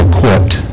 Equipped